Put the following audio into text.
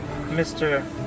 Mr